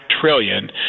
trillion